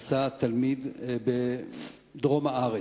אנסה תלמיד בדרום הארץ,